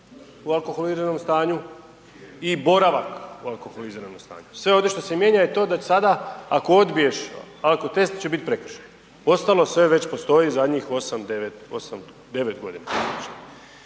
u alkoholiziranom stanju i boravak u alkoholiziranom stanju. Sve ovdje što se mijenja je to da već sada ako odbiješ alkotest će biti prekršaj, ostalo sve već postoji zadnjih 8, 9 godina.